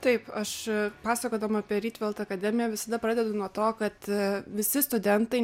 taip aš pasakodama apie rytvelt akademiją visada pradedu nuo to kad visi studentai